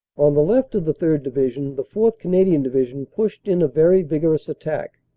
on the left of the third. division the fourth. canadian division pushed in a very vigorous attack.